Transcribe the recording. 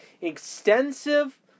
extensive